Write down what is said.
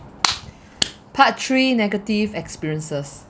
part three negative experiences